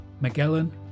Magellan